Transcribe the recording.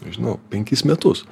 nežinau penkis metus